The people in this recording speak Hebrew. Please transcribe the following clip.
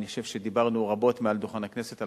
אני חושב שדיברנו רבות מעל דוכן הכנסת על